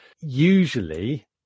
usually